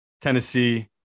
Tennessee